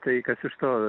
tai kas iš to